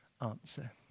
answer